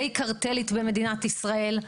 די קרטלית במדינת ישראל,